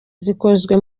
zikozwe